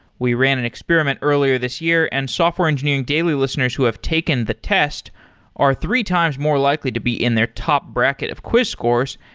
we ran an experiment earlier this year and software engineering daily listeners who have taken the test are three times more likely to be in their top bracket of quiz scores.